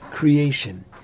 Creation